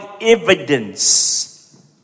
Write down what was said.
evidence